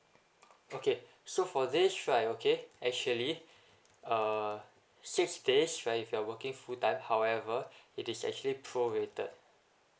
okay so for this right okay actually uh six days right if you're working full time however it is actually prorated